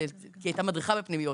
היא הייתה מדריכה בפנימיות,